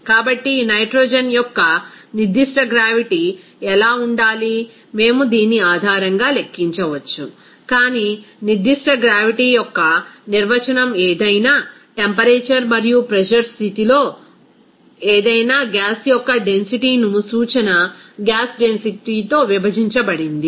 కాబట్టి ఈ నైట్రోజన్ యొక్క నిర్దిష్ట గ్రావిటీ ఎలా ఉండాలి మేము దీని ఆధారంగా లెక్కించవచ్చు కానీ నిర్దిష్ట గ్రావిటీ యొక్క నిర్వచనం ఏదైనా టెంపరేచర్ మరియు ప్రెజర్ స్థితిలో ఏదైనా గ్యాస్ యొక్క డెన్సిటీ ను సూచన గ్యాస్ డెన్సిటీ తో విభజించబడింది